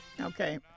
Okay